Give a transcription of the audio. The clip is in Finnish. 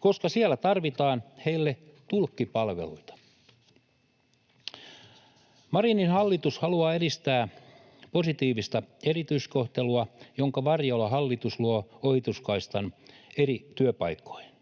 koska siellä tarvitaan heille tulkkipalveluita. Marinin hallitus haluaa edistää positiivista erityiskohtelua, jonka varjolla hallitus luo ohituskaistan eri työpaikkoihin.